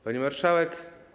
Pani Marszałek!